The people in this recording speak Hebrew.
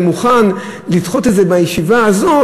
ואני מוכן לדחות את זה בישיבה הזאת,